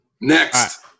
Next